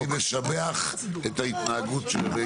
ואני משבח את ההתנהגות.